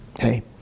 hey